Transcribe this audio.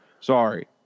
Sorry